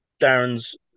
Darren's